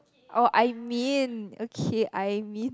oh I mean okay I mean